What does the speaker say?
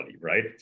right